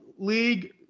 league